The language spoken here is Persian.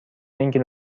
اینکه